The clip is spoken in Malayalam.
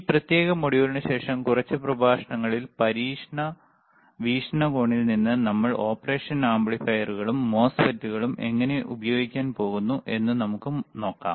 ഈ പ്രത്യേക മൊഡ്യൂളിനുശേഷം കുറച്ച് പ്രഭാഷണങ്ങളിൽ പരീക്ഷണ വീക്ഷണകോണിൽ നിന്ന് നമ്മൾ ഓപ്പറേഷൻ ആംപ്ലിഫയറുകളും മോസ്ഫെറ്റുകളും എങ്ങനെ ഉപയോഗിക്കാൻ പോകുന്നു എന്ന് നമുക്ക് നോക്കാം